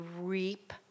reap